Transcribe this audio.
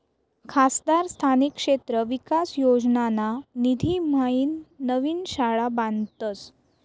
खासदार स्थानिक क्षेत्र विकास योजनाना निधीम्हाईन नवीन शाळा बांधतस